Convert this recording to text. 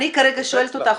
אני כרגע שואלת אותך,